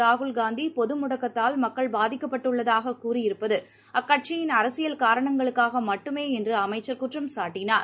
ராகுல் காந்தி பொது முடக்கத்தால் மக்கள் பாதிக்கப்பட்டுள்ளதாக கூறியிருப்பது அக்கட்சியின் அரசியல் காரணங்களுக்காக மட்டுமே என்று அமைச்சர் குற்றஞ்சாட்டினார்